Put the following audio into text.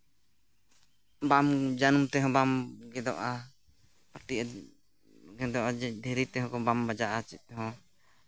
ᱵᱟᱢ ᱡᱟᱹᱱᱩᱢ ᱛᱮᱦᱚᱸ ᱵᱟᱢ ᱜᱮᱫᱚᱜᱼᱟ ᱯᱟᱹᱴᱤᱜᱼᱟ ᱜᱮᱫᱚᱜᱼᱟ ᱫᱷᱤᱨᱤ ᱛᱮᱦᱚᱸ ᱵᱟᱢ ᱵᱟᱡᱟᱜᱼᱟ ᱪᱮᱫ ᱦᱚᱸ